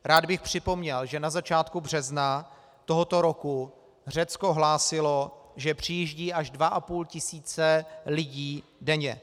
Rád bych připomněl, že na začátku března tohoto roku Řecko hlásilo, že přijíždí až 2 500 lidí denně.